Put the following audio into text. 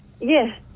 Yes